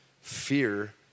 Fear